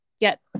get